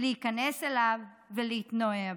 להיכנס אליהם ולהתנועע בהם.